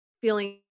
feeling